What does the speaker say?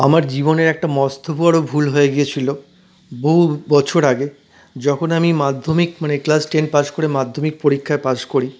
আমার জীবনের একটা মস্ত বড়ো ভুল হয়ে গেছিল বহু বছর আগে যখন আমি মাধ্যমিক মানে ক্লাস টেন পাশ করে মাধ্যমিক পরীক্ষায় পাশ করি